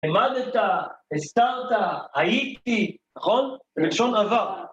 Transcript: העמדת, הסתרת, הייתי, נכון? בלשון עבר.